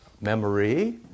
memory